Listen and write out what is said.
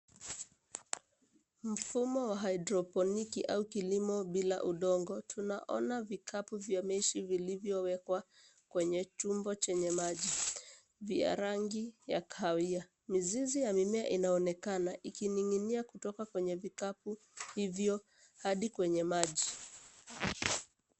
Mfumo wa haiduroponiki au kilimo bila udongo. Tunaona vikapu vya meshi vilivyowekwa kwenye chombo chenye maji, vya rangi ya kahawia. Mizizi ya mimea inaonekana ikininginia kutoka kwenye vikapu hivyo hadi kwenye maji.